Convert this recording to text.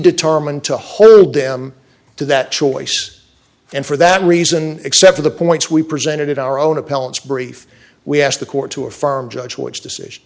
determined to hold them to that choice and for that reason except for the points we presented our own appellant's brief we asked the court to affirm judge which decision